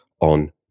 on